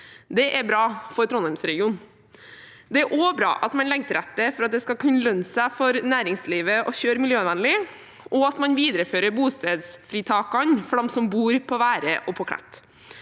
Det er bra for Trondheims-regionen. Det er også bra at man legger til rette for at det skal kunne lønne seg for næringslivet å kjøre miljøvennlig, og at man viderefører bostedsfritakene for dem som bor på Være og på Klett.